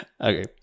Okay